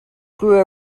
grew